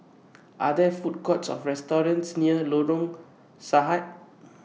Are There Food Courts Or restaurants near Lorong Sarhad